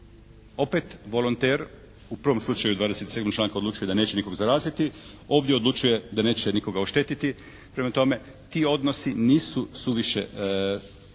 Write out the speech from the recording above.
volonter, u prvom slučaju 27. članka odlučuje da neće nikoga zaraziti, ovdje odlučuje da neće nikoga oštetiti. Prema tome ti odnosi nisu suviše precizno